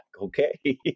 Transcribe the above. okay